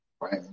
Right